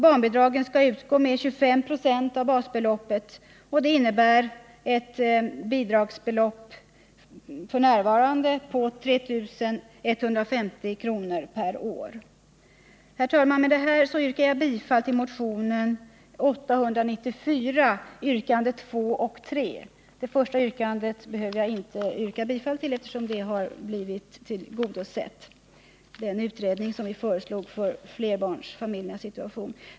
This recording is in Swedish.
Barnbidragen skall då utgå med 25 96 av basbeloppet, vilket skulle innebära att bidragsbeloppet f. n. skulle utgå med 3 150 kr. per år. Herr talman! Med detta yrkar jag bifall till motionen 894 yrkandena 2 och 3. Det första yrkandet i motionen behöver jag inte yrka bifall till, eftersom kravet har blivit tillgodosett när det gäller den utredning som vi föreslår skall tillsättas för att förbättra särskilt flerbarnsfamiljernas situation.